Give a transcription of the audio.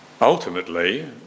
Ultimately